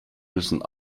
müssen